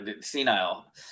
senile